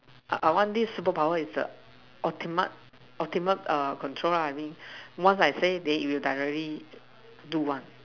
I I want this superpower is the ultimate ultimate uh control lah I mean once I say you directly do one